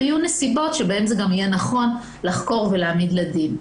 תהיינה נסיבות בהן זה גם יהיה נכון לחקור ולהעמיד לדין.